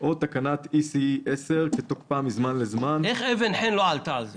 או תקנת E.C.E 10 כתוקפה מזמן לזמן," איך נילי אבן-חן לא עלתה על זה?